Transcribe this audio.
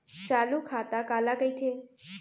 चालू खाता काला कहिथे?